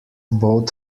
both